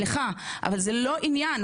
אבל זה לא עניין,